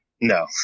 No